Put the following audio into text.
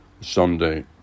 Sunday